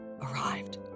arrived